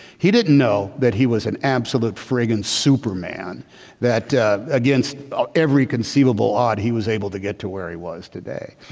he didn't know that he was an absolute friggin superman that against every conceivable odd. he was able to get to where he was today.